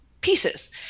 pieces